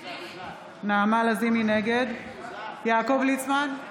נגד יעקב ליצמן,